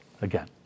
again